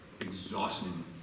exhausting